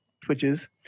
twitches